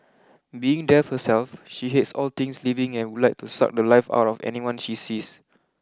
being death herself she hates all things living and would like to suck the life out of anyone she sees